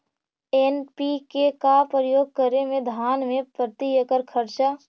NPK का प्रयोग करे मे धान मे प्रती एकड़ खर्चा?